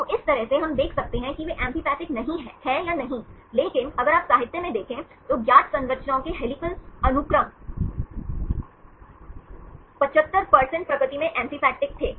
तो इस तरह से हम देख सकते हैं कि वे एम्फीपैथिक हैं या नहीं लेकिन अगर आप साहित्य में देखें तो ज्ञात संरचनाओं के हेलिकल अनुक्रम 75 प्रकृति में एम्फीपैथिक थे